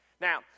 Now